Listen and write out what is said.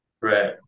Right